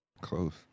Close